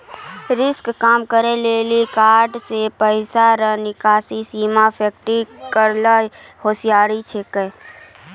risk कम करै लेली कार्ड से पैसा रो निकासी सीमा फिक्स करना होसियारि छिकै